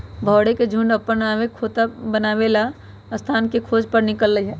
भौरा के झुण्ड अप्पन खोता बनाबे लेल स्थान के खोज पर निकलल हइ